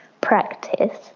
practice